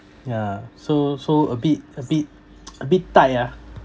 yeah so so a bit a bit a bit tight ah